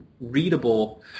Readable